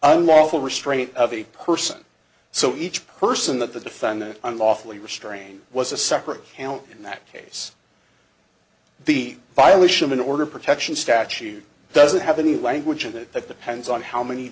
unlawful restraint of a person so each person that the defendant unlawfully restrained was a separate count in that case the violation of an order protection statute doesn't have any language in it that depends on how many